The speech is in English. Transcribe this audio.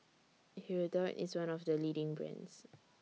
Hirudoid IS one of The leading brands